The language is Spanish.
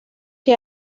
que